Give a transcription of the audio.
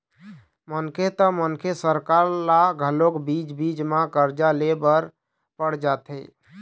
मनखे त मनखे सरकार ल घलोक बीच बीच म करजा ले बर पड़ जाथे